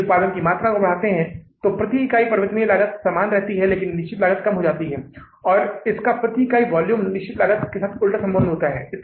और फिर हम शेष राशि की गणना करते हैं और उस शेष राशि को सकल लाभ कहां जाता है लेकिन यह सकल लाभ अंतिम लाभ नहीं है उस सकल लाभ में से आपको कुछ अन्य खर्चों को भी घटाना होगा जिन्हें अप्रत्यक्ष व्यय कहा जाता है